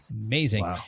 amazing